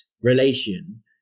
relation